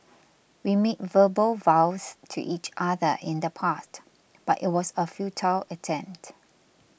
we made verbal vows to each other in the past but it was a futile attempt